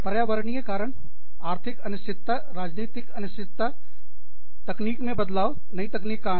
पर्यावरणीय कारण आर्थिक अनिश्चितता राजनीतिक अनिश्चितता तकनीकी बदलावनई तकनीक का आना